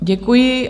Děkuji.